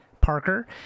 parker